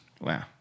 Wow